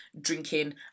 drinking